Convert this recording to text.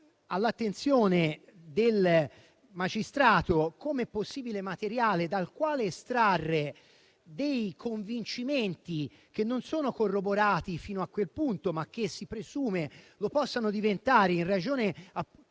all'attenzione del magistrato come possibile materiale dal quale estrarre dei convincimenti che non sono corroborati fino a quel punto, ma che si presume lo possano diventare in ragione